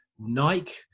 nike